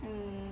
um